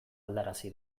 aldarazi